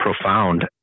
profound